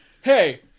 Hey